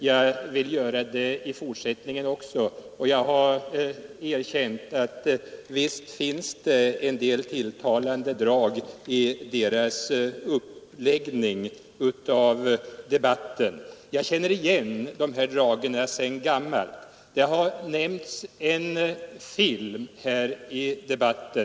Jag vill göra det i fortsättningen också. Jag erkänner också att det finns en del tilltalande drag i deras uppläggning av debatten. Jag känner igen dessa drag sedan gammalt. Det har nämnts en film här i debatten.